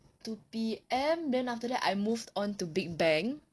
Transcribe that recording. two P_M then after that I moved on to big bang